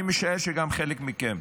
אני משער שגם חלק מכם.